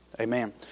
Amen